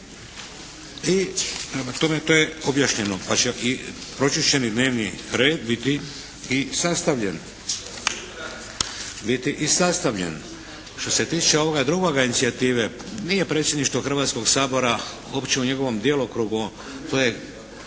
tome to je objašnjeno pa će i pročišćeni dnevni red biti i sastavljen. Što se tiče ovoga drugoga, inicijative. Nije Predsjedništvo Hrvatskoga sabora, uopće u njegovom djelokrugu, to je